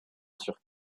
sur